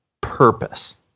purpose